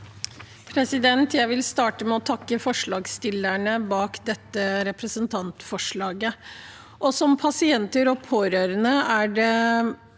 Jeg vil starte med å takke forslagsstillerne bak dette representantforslaget. Som pasienter og pårørende er vi